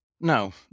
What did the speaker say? No